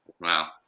Wow